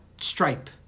stripe